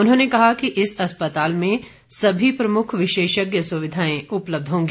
उन्होंने कहा कि इस अस्पताल में सभी प्रमुख विशेषज्ञ सुविधाएं उपलब्ध होंगी